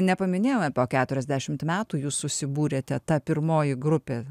nepaminėjome po keturiasdešimt metų jūs susibūrėte ta pirmoji grupė